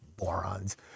morons